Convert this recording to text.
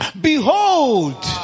Behold